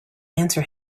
answer